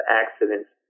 accidents